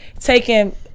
taking